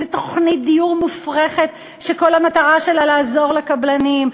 איזו תוכנית דיור מופרכת שכל המטרה שלה לעזור לקבלנים.